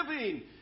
living